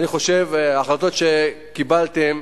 אני חושב שההחלטות שקיבלתם,